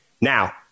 Now